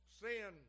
sin